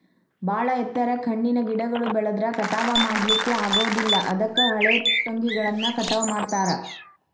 ಬಾಳ ಎತ್ತರಕ್ಕ್ ಹಣ್ಣಿನ ಗಿಡಗಳು ಬೆಳದ್ರ ಕಟಾವಾ ಮಾಡ್ಲಿಕ್ಕೆ ಆಗೋದಿಲ್ಲ ಅದಕ್ಕ ಹಳೆಟೊಂಗಿಗಳನ್ನ ಕಟಾವ್ ಮಾಡ್ತಾರ